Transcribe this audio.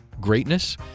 greatness